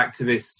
activists